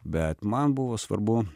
bet man buvo svarbu